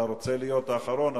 אתה רוצה להיות אחרון,